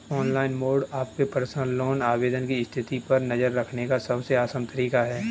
online mode आपके personal loan आवेदन की स्थिति पर नज़र रखने का सबसे आसान तरीका है